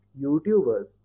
YouTubers